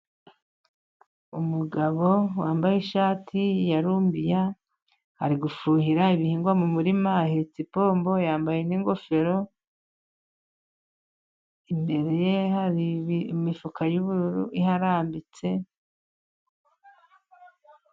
Umugabo wambaye ishati ya rumbiya ari gufuhira ibihingwa mu murima, ahetse ipombo yambaye n'ingofero. Imbere ye hari imifuka y'ubururu iharambitse.